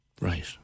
Right